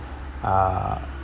uh